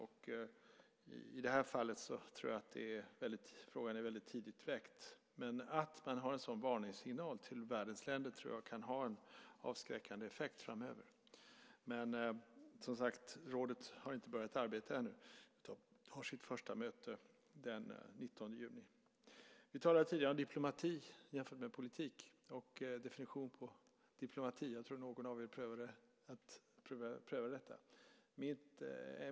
I det här fallet tror jag att frågan är väldigt tidigt väckt. Men att man har en sådan varningssignal till världens länder tror jag kan ha en avskräckande effekt framöver. Men rådet har inte börjat arbeta ännu. De har sitt första möte den 19 juni. Vi talade tidigare om diplomati jämfört med politik och om definitionen på diplomati. Jag tror att någon av er prövade detta.